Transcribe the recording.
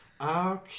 Okay